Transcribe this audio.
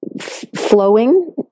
flowing